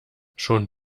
schon